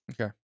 Okay